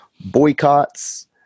Boycotts